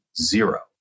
zero